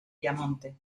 piamonte